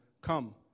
Come